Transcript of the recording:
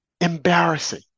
Embarrassing